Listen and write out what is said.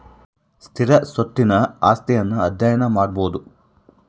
ಸ್ಥಿರ ಸ್ವತ್ತಿನ ಆಸ್ತಿಯನ್ನು ಅಧ್ಯಯನ ಮಾಡಬೊದು